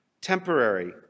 temporary